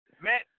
Matt